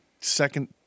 second